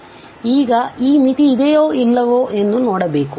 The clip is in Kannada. ಆದ್ದರಿಂದ ಈಗ ಈ ಮಿತಿ ಇದೆಯೋ ಇಲ್ಲವೋ ಎಂದು ನೋಡಬೇಕು